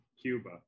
Cuba